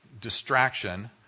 distraction